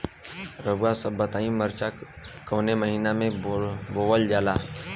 रउआ सभ बताई मरचा कवने महीना में बोवल जाला?